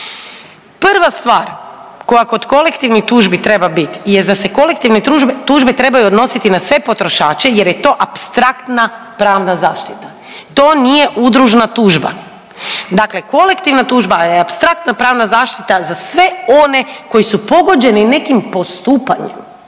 Prva stvar koja kod kolektivnih tužbi treba biti jest da se kolektivne tužbe trebaju odnositi na sve potrošače jer je to apstraktna pravna zaštita. To nije udružna tužba. Dakle, kolektivna tužba je apstraktna pravna zaštita za sve one koji su pogođeni nekim postupanjem,